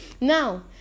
Now